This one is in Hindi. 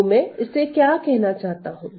तो मैं इससे क्या कहना चाहता हूं